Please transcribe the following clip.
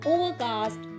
Overcast